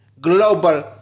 global